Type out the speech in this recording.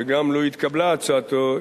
שגם לו התקבלה הצעתו,